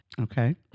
Okay